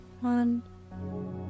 one